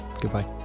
Goodbye